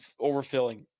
overfilling